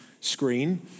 screen